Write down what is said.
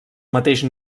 mateix